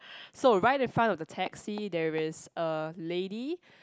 so right infront of the taxi there is a lady